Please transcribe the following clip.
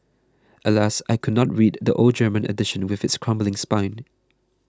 alas I could not read the old German edition with its crumbling spine